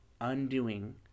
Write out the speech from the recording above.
undoing